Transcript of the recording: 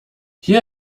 hier